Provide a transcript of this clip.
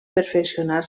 perfeccionar